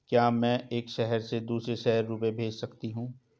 क्या मैं एक शहर से दूसरे शहर रुपये भेज सकती हूँ?